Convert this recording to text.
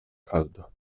caldo